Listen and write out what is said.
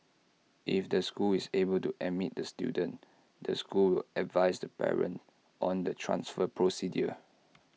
if the school is able to admit the student the school will advise the parent on the transfer procedures